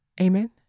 Amen